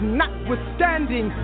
notwithstanding